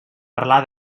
parlar